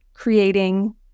Creating